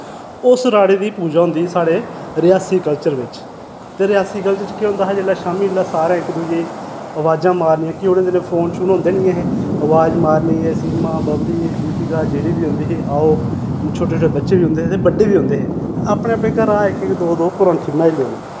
उस राड़े दी पूजा होंदी साढ़े रेआसी कल्चर बिच्च ते रेआसी कल्चर च केह् होंदा हा जिल्लै शाम्मी बेल्लै सारें इक दुए अवाजां मारनियां कि उ'नें दिनै फोन शून होंदे नि ऐ हे अवाज मारनी एह् सीमा बवली रितिका जेह्ड़ी बी होंदी ही आओ छोटे छोटे बच्चे बी होंदे हे ते बड्डे बी होंदे हे ते अपने अपने घरा दा इक इक दो दो प्रोंठी बनाई लेओनी